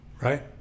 right